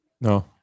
No